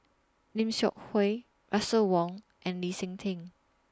Lim Seok Hui Russel Wong and Lee Seng Tee